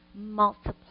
multiply